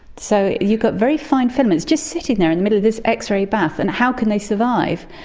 so you've got very fine filaments just sitting there in the middle of this x-ray bath, and how can they survive?